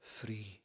free